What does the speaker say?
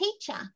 teacher